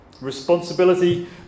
responsibility